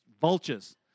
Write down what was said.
vultures